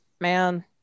man